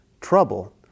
trouble